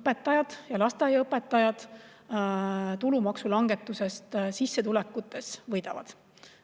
õpetajad ja lasteaiaõpetajad tulumaksulangetusest sissetulekutes võidavad.